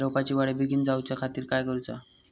रोपाची वाढ बिगीन जाऊच्या खातीर काय करुचा?